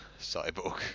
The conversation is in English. cyborg